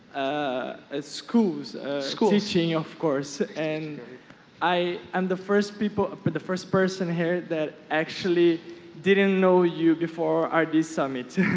ah schools schools teaching of course, and i am the first people, but the first person here that actually didn't know you before are this summit.